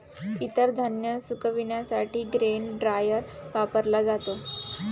इतर धान्य सुकविण्यासाठी ग्रेन ड्रायर वापरला जातो